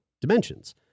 dimensions